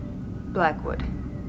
Blackwood